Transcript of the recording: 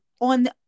on